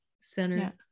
Center